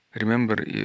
Remember